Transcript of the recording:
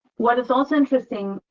what is also interesting,